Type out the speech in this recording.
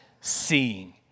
seeing